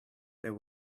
there